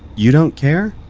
you don't care?